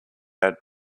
had